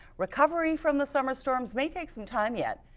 recovery from the summer storms may take some time yet.